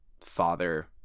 father